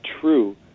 true